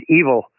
evil